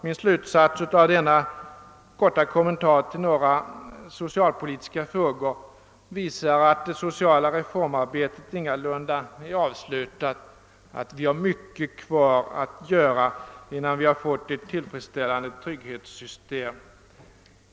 Min slutsats av denna korta kommentar till några socialpolitiska frågor visar att det sociala reformarbetet ingalunda är avslutat — vi har mycket kvar att göra innan vi fått ett tillfredsställande trygghetssystem.